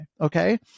Okay